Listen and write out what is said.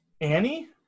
Annie